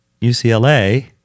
UCLA